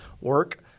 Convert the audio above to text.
work